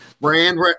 brand